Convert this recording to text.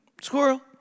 Squirrel